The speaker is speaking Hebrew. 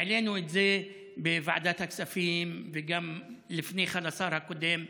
העלינו את זה בוועדת הכספים וגם לפני כן לשר הקודם.